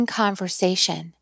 conversation